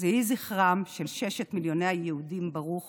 יהי זכרם של ששת מיליוני היהודים ברוך